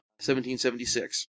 1776